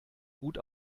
gut